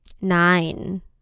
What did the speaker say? nine